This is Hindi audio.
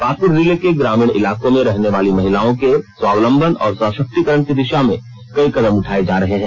पाकृड जिले के ग्रामीण इलाकों में रहने वाली महिलाओं के स्वावलम्बन और सशक्तिकरण की दिशा मे कई कदम उठाए जा रहे हैं